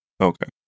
Okay